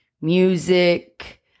music